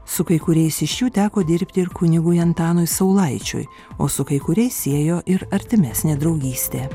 su kai kuriais iš jų teko dirbti ir kunigui antanui saulaičiui o su kai kuriais siejo ir artimesnė draugystė